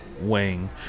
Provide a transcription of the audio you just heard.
wing